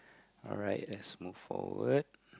alright let's move forward